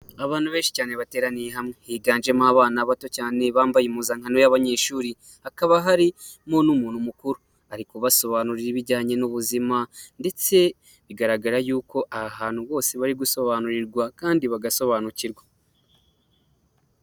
Abantu benshi cyane bateraniye hamwe higanjemo abana bato cyane bambaye impuzankano y'abanyeshuri hakaba harimo n'umuntu mukuru ariko kubasobanurira ibijyanye n'ubuzima ndetse bigaragara yuko aha hantu bose bari gusobanurirwa kandi bagasobanukirwa.